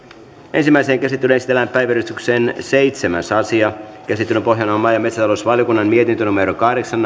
ensimmäiseen käsittelyyn esitellään päiväjärjestyksen seitsemäs asia käsittelyn pohjana on maa ja metsätalousvaliokunnan mietintö kahdeksan